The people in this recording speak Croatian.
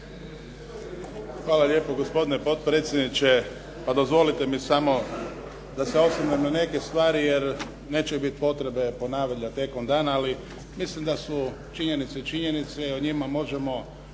Hvala lijepo gospodine potpredsjedniče. Pa dozvolite mi samo da se osvrnem na neke stvari jer neće biti potrebe ponavljati tijekom dana, ali mislim da su činjenice činjenice i o njima možemo